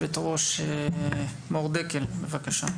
בבקשה.